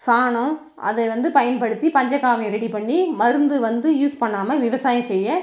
சாணம் அதை வந்து பயன்படுத்தி பஞ்சகாவியம் ரெடி பண்ணி மருந்து வந்து யூஸ் பண்ணாமல் விவசாயம் செய்ய